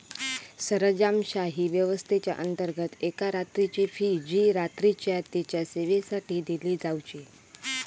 सरंजामशाही व्यवस्थेच्याअंतर्गत एका रात्रीची फी जी रात्रीच्या तेच्या सेवेसाठी दिली जावची